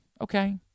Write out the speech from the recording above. okay